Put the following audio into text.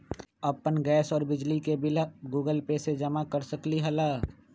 अपन गैस और बिजली के बिल गूगल पे से जमा कर सकलीहल?